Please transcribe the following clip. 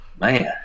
man